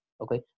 okay